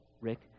Rick